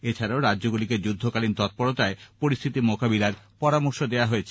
এছাড়াও রাজ্যগুলিকে যুদ্ধকালীন তৎপরতায় পরিস্থিতি মোকাবিলার পরামর্শ দেওয়া হয়েছে